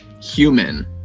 human